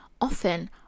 often